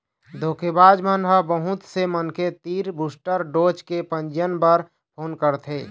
धोखेबाज मन बहुत से मनखे तीर बूस्टर डोज के पंजीयन बर फोन करथे